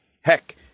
heck